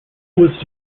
was